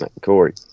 Corey